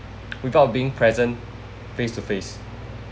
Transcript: without being present face to face